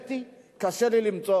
האמת היא, קשה לי למצוא.